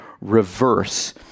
reverse